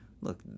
look